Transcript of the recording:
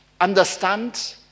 understand